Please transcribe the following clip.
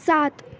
سات